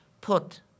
put